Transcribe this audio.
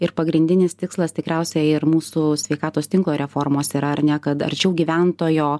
ir pagrindinis tikslas tikriausiai ir mūsų sveikatos tinklo reformos yra ar ne kad arčiau gyventojo